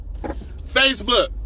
Facebook